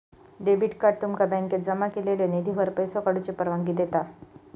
debit card तुमका बँकेत जमा केलेल्यो निधीवर पैसो काढूची परवानगी देता